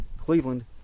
Cleveland